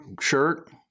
shirt